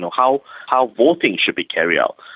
how how voting should be carried out,